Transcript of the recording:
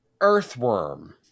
Earthworm